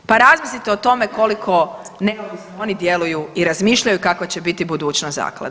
Pa razmislite o tome koliko neovisno oni djeluju i razmišljaju kakva će biti budućnost zaklade.